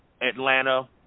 Atlanta